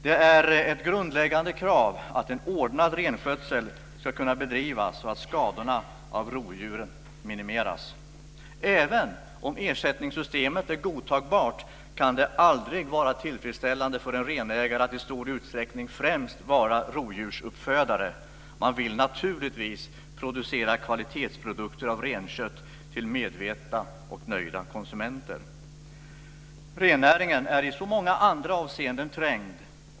Det är ett grundläggande krav att en ordnad renskötsel ska kunna bedrivas och skadorna av rovdjur minimeras. Även om ersättningssystemet är godtagbart kan det aldrig vara tillfredsställande för en renägare att i stor utsträckning främst vara rovdjursuppfödare. Man vill naturligtvis producera kvalitetsprodukter av renkött till medvetna och nöjda konsumenter. Rennäringen är även i många andra avseenden trängd.